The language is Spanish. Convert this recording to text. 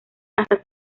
hasta